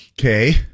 okay